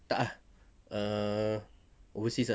tak ah err overseas ah